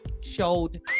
showed